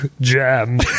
jam